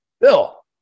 Bill